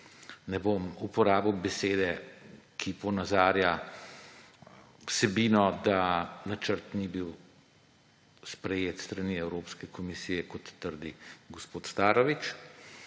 ne bom uporabil besede, ki ponazarja vsebino, da načrt ni bil sprejet s strani Evropske komisije, kot trdi gospod Starović.